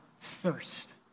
thirst